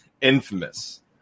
Infamous